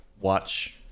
watch